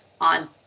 on